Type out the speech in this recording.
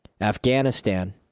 Afghanistan